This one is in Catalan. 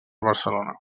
barcelona